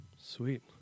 sweet